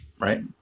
right